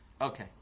Okay